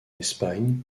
espagne